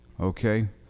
okay